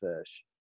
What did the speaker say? fish